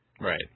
Right